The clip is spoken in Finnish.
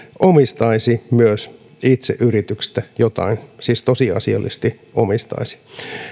omistaisi myös itse yrityksestä jotain siis tosiasiallisesti omistaisi